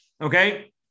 Okay